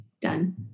Done